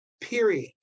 period